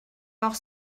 noch